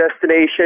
destination